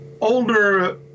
Older